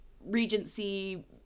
Regency